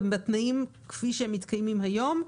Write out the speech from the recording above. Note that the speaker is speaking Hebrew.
בתנאים כפי שהם מתקיימים היום,